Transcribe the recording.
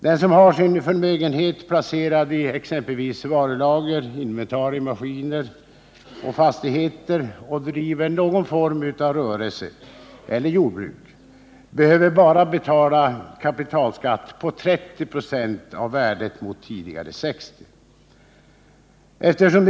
Den som har sin förmögenhet placerad i t.ex. varulager, inventarier, maskiner och fastigheter och driver någon form av rörelse eller jordbruk behöver bara betala kapitalskatt på 30 96 av värdet mot tidigare 60 96.